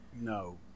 No